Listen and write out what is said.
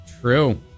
True